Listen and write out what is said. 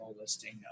listing